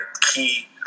key